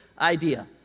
idea